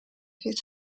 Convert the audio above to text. his